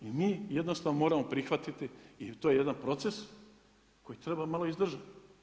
I mi jednostavno moramo prihvatiti i to je jedan proces koji treba malo izdržati.